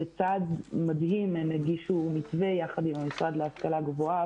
בצעד מדהים הם הגישו מתווה ביחד עם המשרד להשכלה גבוהה,